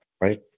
right